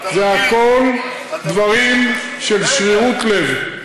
זה הכול דברים של שרירות לב.